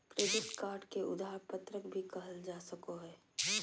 credit card के उधार पत्रक भी कहल जा सको हइ